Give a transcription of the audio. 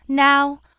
Now